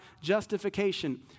justification